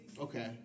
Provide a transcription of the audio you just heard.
Okay